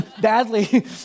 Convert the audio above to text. badly